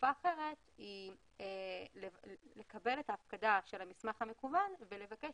חלופה אחרת היא לקבל את ההפקדה של המסמך המקוון ולבקש